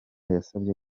yasabye